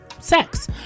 sex